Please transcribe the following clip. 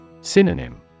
Synonym